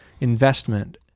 investment